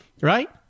right